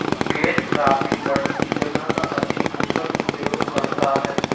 catch cropping बढ़ती जगह का अधिक कुशल उपयोग करता है